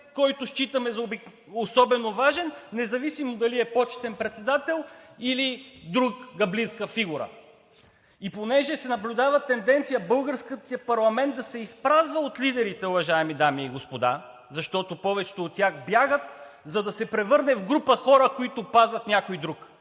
който считаме за особено важен – независимо дали е почетен председател или друга близка фигура, и понеже се наблюдава тенденцията българският парламент да се изпразва от лидерите, уважаеми дами и господа, защото повечето от тях бягат, за да се превърне в група хора, които пазят някой друг.